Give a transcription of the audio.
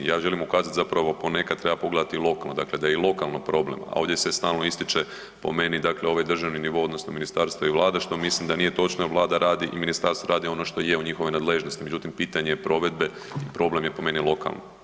Ja želim ukazati zapravo ponekad treba pogledati i lokalno, dakle da je i lokalno problem, a ovdje se stalno ističe po meni ovaj državni nivo odnosno ministarstvo i Vlada što mislim da nije točno jer Vlada radi i ministarstvo radi ono što je u njihovoj nadležnosti, međutim pitanje je provedbe i problem je po meni lokalno.